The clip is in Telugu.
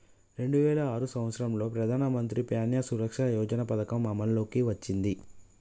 రెండు వేల ఆరు సంవత్సరంలో ప్రధానమంత్రి ప్యాన్య సురక్ష యోజన పథకం అమల్లోకి వచ్చింది